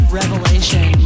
revelation